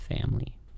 family